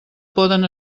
poden